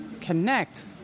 connect